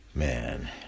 Man